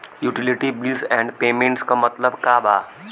Utility bills and payments क मतलब का बा?